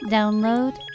Download